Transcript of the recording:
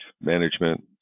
management